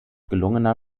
gelungener